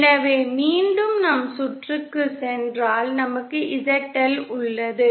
எனவே மீண்டும் நம் சுற்றுக்குச் சென்றால் நமக்கு ZL உள்ளது